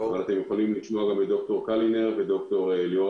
אבל אתם יכולים לשמוע גם את ד"ר קלינר וד"ר ליאורה